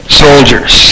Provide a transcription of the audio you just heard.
soldiers